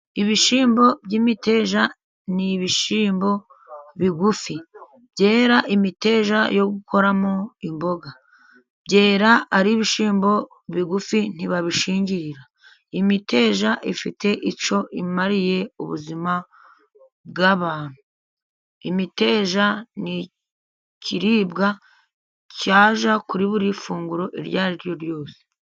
Ibishimbo by'imiteja ni ibishimbo bigufi. Byera imiteja yo gukoramo imboga, byera ari ibishyimbo bigufi. Ntibabishingira. Imiteja ifite icyo imariye ubuzima bw'abantu, imiteja ni ikiribwa cyajya kuri buri funguro iryo ari ryo ryose.